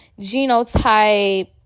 genotype